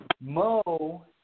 Mo